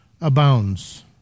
abounds